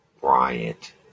Bryant